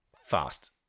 fast